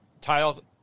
Tile